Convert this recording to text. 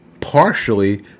partially